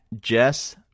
Jess